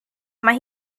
mae